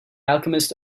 alchemist